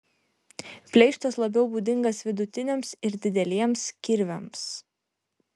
pleištas labiau būdingas vidutiniams ir dideliems kirviams